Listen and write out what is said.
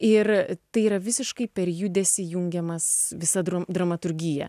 ir tai yra visiškai per judesį jungiamas visa dramaturgiją